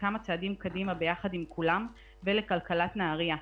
קדימה ביחד עם כולם ולעזור לכלכלת נהרייה.